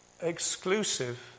Exclusive